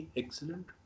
excellent